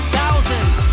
Thousands